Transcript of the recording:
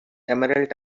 emerald